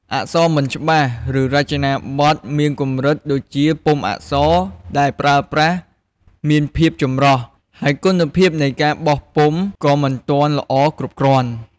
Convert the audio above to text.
អក្សរមិនច្បាស់ ឬរចនាបថមានកម្រិតដូចជាពុម្ពអក្សរដែលប្រើប្រាស់មានភាព ចម្រុះ ហើយគុណភាពនៃការបោះពុម្ពក៏មិនទាន់ល្អគ្រប់គ្រាន់ ។